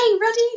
ready